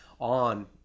on